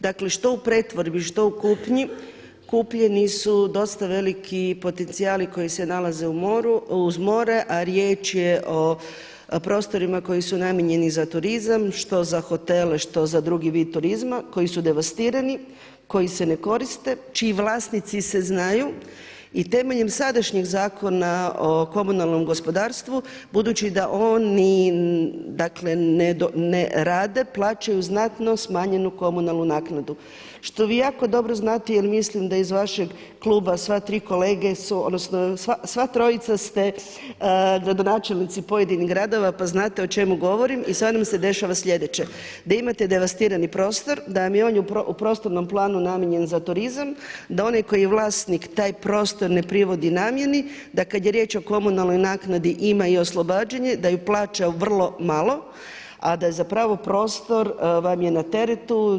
Dakle što u pretvorbi što u kupnji, kupljeni su dosta veliki potencijali koji se nalaze uz more, a riječ je o prostorima koji su namijenjeni za turizam, što za hotele, što za drugi vid turizma koji su devastirani, koji se ne koriste čiji vlasnici se znaju i temeljem sadašnjeg Zakona o komunalnom gospodarstvu budući da oni ne rade plaćaju znatno smanjenu komunalnu naknadu, što vi jako dobro znate jer mislim da iz vašeg kluba sva trojica ste gradonačelnici pojedinih gradova pa znate o čemu govorim i sada vam se dešava sljedeće, da imate devastirani prostor, da vam je on u prostornom planu namijenjen za turizam, da onaj koji je vlasnik taj prostor ne privodi namjeni, da kada je riječ o komunalnoj naknadi ima i oslobađanje da ju plaća vrlo malo, a da zapravo prostor vam je na teretu.